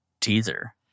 teaser